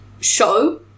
show